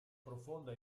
profonda